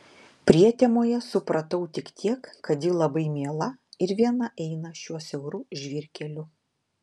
prietemoje supratau tik tiek kad ji labai miela ir viena eina šiuo siauru žvyrkeliu